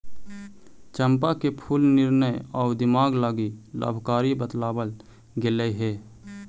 चंपा के फूल निर्णय आउ दिमाग लागी लाभकारी बतलाबल गेलई हे